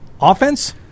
offense